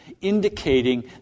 indicating